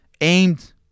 aimed